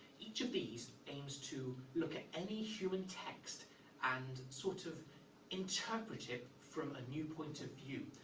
each of these aims to look at any human text and sort of interpret it from a new point of view.